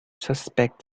suspect